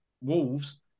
Wolves